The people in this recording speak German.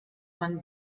man